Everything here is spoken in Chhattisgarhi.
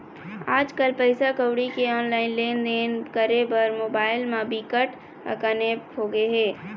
आजकल पइसा कउड़ी के ऑनलाईन लेनदेन करे बर मोबाईल म बिकट अकन ऐप होगे हे